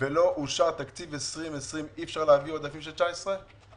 אושר תקציב 2020, אי-אפשר להעביר עודפים של 2019?